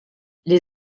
les